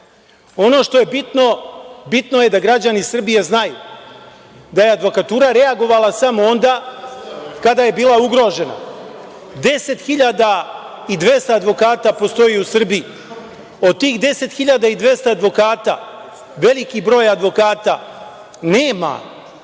Ono što je bitno, bitno je da građani Srbije znaju da je advokatura reagovala samo onda kada je bila ugrožena. Deset hiljada i 200 advokata postoji u Srbiji. Od tih 10 hiljada i 200 advokata,